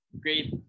great